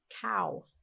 cow